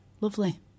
Lovely